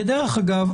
כדרך אגב,